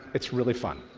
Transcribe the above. it's really fun.